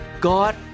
God